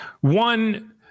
One